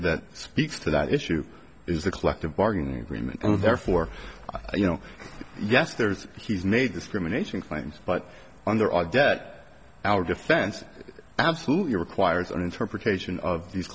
that speaks to that issue is the collective bargaining agreement and therefore you know yes there's he's made discrimination claims but on there are debt our defense absolutely requires an interpretation of these